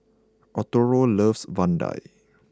Arturo loves Vadai